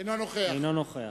אינו נוכח